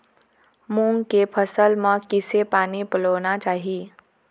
मूंग के फसल म किसे पानी पलोना चाही?